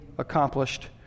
accomplished